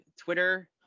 twitter